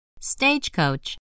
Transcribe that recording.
Stagecoach